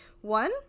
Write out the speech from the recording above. one